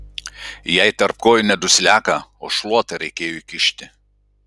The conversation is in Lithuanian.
jai tarp kojų ne dusliaką o šluotą reikėjo įkišti